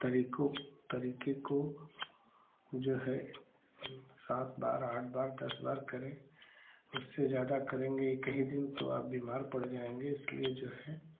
तरीकों तरीके को जो है सात बार आठ बार दस बार करें उससे ज़्यादा करेंगे कहीं दिन तो आप बीमार पड़ जाएँगे इसलिए जो है